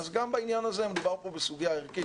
גם בעניין הזה כאשר מדובר בסוגיה ערכית